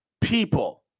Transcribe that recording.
people